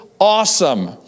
awesome